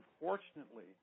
unfortunately